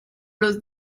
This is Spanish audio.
los